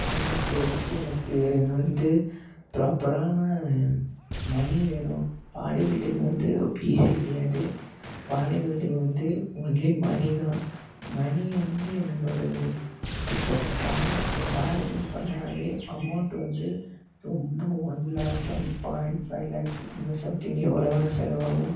ஆனால் இப்போதைக்கு எனக்கு வந்து ப்ராப்பரான மணி வேணும் பாடி பில்டிங் வந்து ஈசி கிடையாது பாடி பில்டிங் வந்து ஒன்லி மணி தான் மணி வந்து என்ன சொல்கிறது இப்போ கா பாடி பில் பண்ணாலே அமௌண்ட் வந்து ரொம்ப one lakh one point five lakhs இந்தமாதிரி சம்திங் எவ்வளோ வேணால் செலவாகும்